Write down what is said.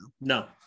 No